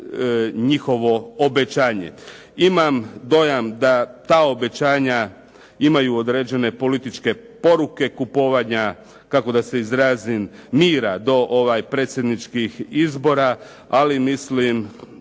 njihovo obećanje. Imam dojam da ta obećanja imaju određene političke poruke kupovanja kako da se izrazim mira do predsjedničkih izbora. Ali mislim